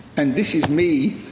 and this is me,